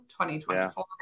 2024